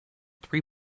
three